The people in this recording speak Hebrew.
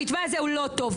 המתווה הזה הוא לא טוב,